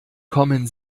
kommen